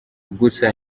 gusa